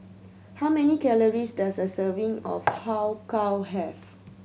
how many calories does a serving of Har Kow have